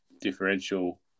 differential